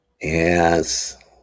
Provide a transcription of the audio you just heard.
Yes